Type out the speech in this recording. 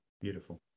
beautiful